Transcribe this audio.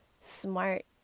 smart